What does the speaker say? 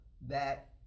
that-